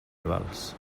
rivals